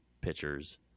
pitchers